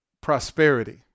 prosperity